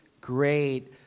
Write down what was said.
great